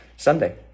Sunday